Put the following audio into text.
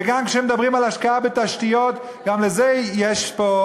וגם כשמדברים על השקעה בתשתיות, גם לזה יש פה,